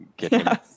Yes